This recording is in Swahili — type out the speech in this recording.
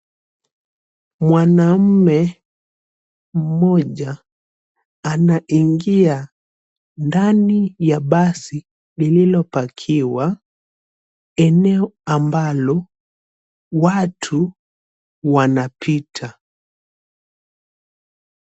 Mwanamme mmoja anaingia ndani ya basi lililo pakiwa eneo ambalo watu wanapita.